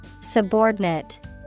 subordinate